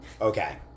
Okay